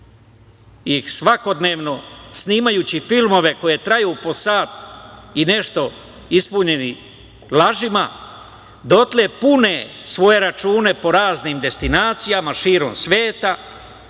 ih svakodnevno, snimajući filmove koji traju po sat i nešto ispunjeni lažima, dotle pune svoje računa po raznim destinacijama širom sveta